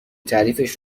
تعریفش